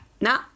no